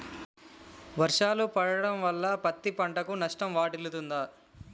వర్షాలు పడటం వల్ల పత్తి పంటకు నష్టం వాటిల్లుతదా?